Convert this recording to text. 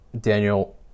Daniel